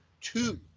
two